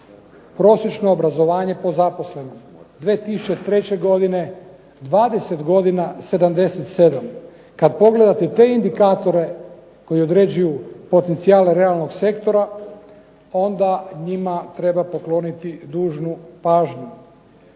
prosječno obrazovanje po zaposlenom, 2003. godine 20 godina 77. Kada pogledate te indikatore, koji određuju potencijal realnog sektora onda njima treba pokloniti dužnu pažnju,